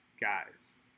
guys